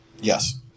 Yes